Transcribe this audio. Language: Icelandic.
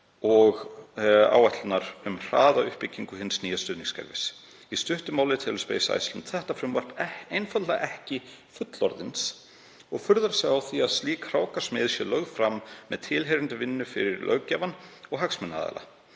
og áætlunar um hraða uppbyggingu hins nýja stuðningskerfis. Í stuttu máli telur Space Iceland þetta frumvarp einfaldlega ekki fullorðins og furðar sig á að slík hrákasmíð sé lögð fram með tilheyrandi vinnu fyrir löggjafann og hagsmunaaðila.